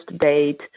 date